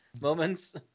moments